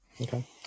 Okay